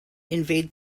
invade